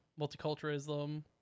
multiculturalism